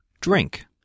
drink